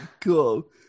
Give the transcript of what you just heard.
cool